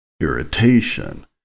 Irritation